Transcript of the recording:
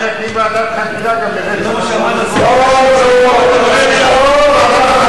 זה לא על סדר-היום.